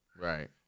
Right